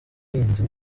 ubuhinzi